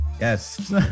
Yes